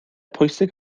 pwysig